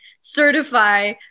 certify